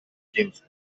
quince